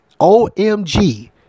OMG